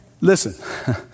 Listen